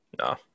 No